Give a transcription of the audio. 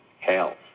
hell